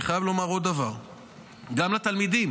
אני חייב לומר עוד דבר גם לתלמידים.